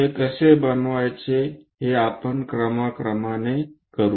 ते कसे बनवायचे हे आपण क्रमाक्रमाने करू